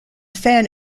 fan